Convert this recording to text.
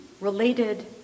related